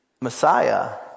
Messiah